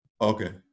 Okay